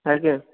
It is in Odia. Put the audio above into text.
ଆଜ୍ଞା